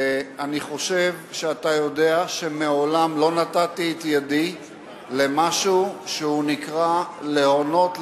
ואני חושב שאתה יודע שמעולם לא נתתי את ידי למשהו שהוא נקרא להונות,